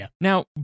Now